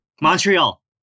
Montreal